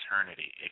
eternity